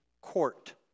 court